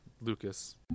Lucas